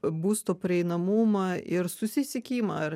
būsto prieinamumą ir susisiekimą ar